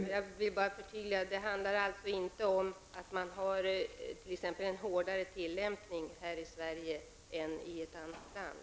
Herr talman! Jag vill bara göra ett förtydligande. Det handlar alltså inte om att man t.ex. har en hårdare tillämpning här i Sverige än i ett annat land.